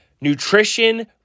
Nutrition